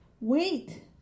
Wait